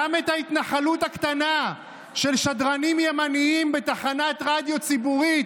גם את ההתנחלות הקטנה של שדרנים ימנים בתחנת רדיו ציבורית,